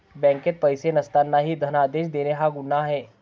बँकेत पैसे नसतानाही धनादेश देणे हा गुन्हा आहे